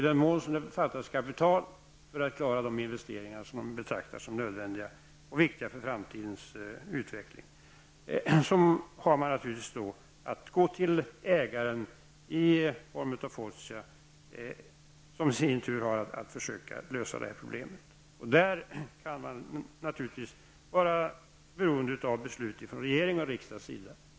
I den mån det fattas kapital för att klara de investeringar som betraktas som nödvändiga och viktiga för den framtida utvecklingen har man naturligtvis att gå till ägaren, Fortia, som i sin tur har att försöka lösa problemet. Självfallet kan man då vara beroende av beslut från regeringens och riksdagens sida.